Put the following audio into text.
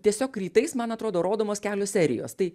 tiesiog rytais man atrodo rodomos kelios serijos tai